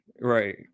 Right